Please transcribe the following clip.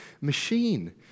machine